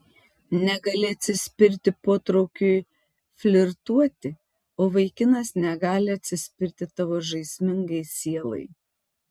negali atsispirti potraukiui flirtuoti o vaikinas negali atsispirti tavo žaismingai sielai